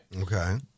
Okay